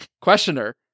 Questioner